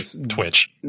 twitch